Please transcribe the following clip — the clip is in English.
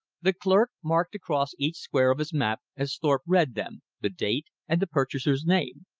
the clerk marked across each square of his map as thorpe read them, the date and the purchaser's name.